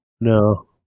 No